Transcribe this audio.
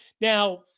Now